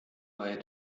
bei